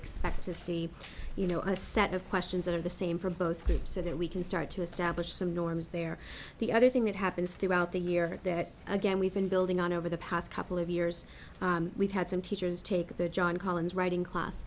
expect to see you know a set of questions that are the same for both groups so that we can start to establish some norms there the other thing that happens throughout the year that again we've been building on over the past couple of years we've had some teachers take the john collins writing class